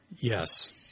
Yes